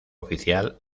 oficial